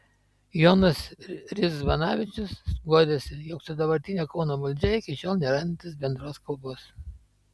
jonas ridzvanavičius guodėsi jog su dabartine kauno valdžia iki šiol nerandantis bendros kalbos